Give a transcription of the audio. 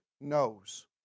knows